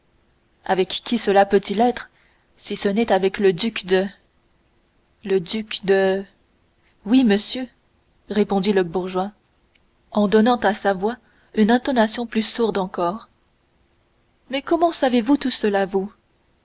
avec qui cela peut-il être si ce n'est avec le duc de le duc de oui monsieur répondit le bourgeois en donnant à sa voix une intonation plus sourde encore mais comment savez-vous tout cela vous